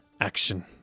action